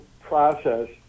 process